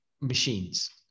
machines